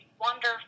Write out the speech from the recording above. wonderful